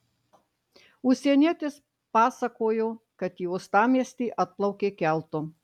užsienietis pasakojo kad į uostamiestį atplaukė keltu